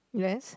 yes